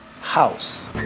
house